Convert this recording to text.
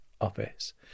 office